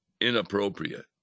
inappropriate